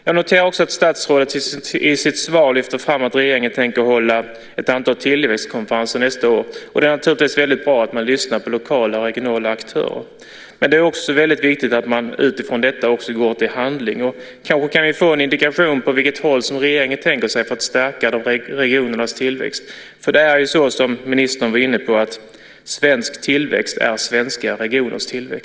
Jag noterar att statsrådet i sitt svar lyfter fram att regeringen tänker hålla ett antal tillväxtkonferenser nästa år. Det är naturligtvis mycket bra att man lyssnar på lokala och regionala aktörer, men då är det också viktigt att, utifrån detta, gå till handling. Kanske kan vi få en indikation om vilken riktning regeringen tänker sig när det gäller att stärka regionernas tillväxt. Som ministern var inne på är svensk tillväxt svenska regioners tillväxt.